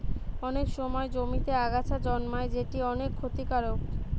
অনেক সময় জমিতে আগাছা জন্মায় যেটি অনেক ক্ষতিকারক